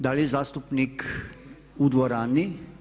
Da li je zastupnik u dvorani?